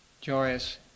joyous